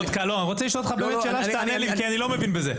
אני רוצה לשאול אותך שאלה ותענה לי כי אני לא מבין בזה.